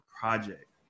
project